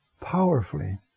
powerfully